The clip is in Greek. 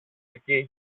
εκεί